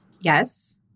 Yes